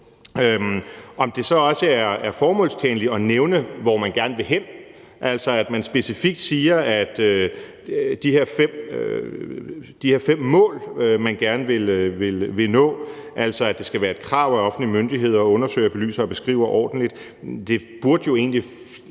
om det så også er formålstjenligt at nævne, hvor man gerne vil hen, altså at man specifikt siger, at det er de her fem mål, man gerne vil nå – altså at det skal være et krav, at offentlige myndigheder undersøger, belyser og beskriver dem ordentligt. Det burde jo egentlig